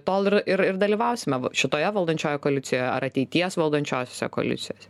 tol ir ir dalyvausime v šitoje valdančioje koalicijoje ar ateities valdančiosiose koalicijose